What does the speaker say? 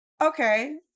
Okay